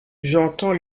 j’entends